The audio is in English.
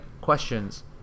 questions